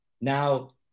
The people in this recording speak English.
Now